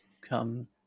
come